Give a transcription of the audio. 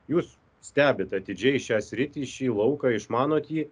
jūs stebit atidžiai šią sritį šį lauką išmanot jį